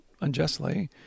unjustly